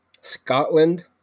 Scotland